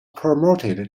promoted